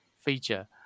feature